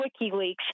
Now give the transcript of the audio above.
WikiLeaks